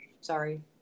sorry